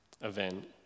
event